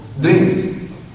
dreams